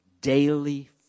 daily